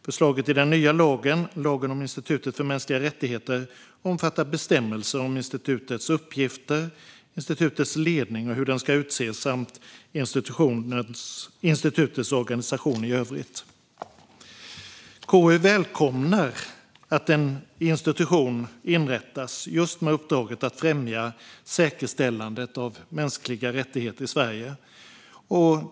Förslaget i den nya lagen, lagen om Institutet för mänskliga rättigheter, omfattar bestämmelser om institutets uppgifter, institutets ledning och hur den ska utses samt institutets organisation i övrigt. KU välkomnar att en institution inrättas med uppdraget att främja säkerställandet av mänskliga rättigheter i Sverige.